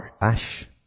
Ash